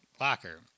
locker